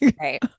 Right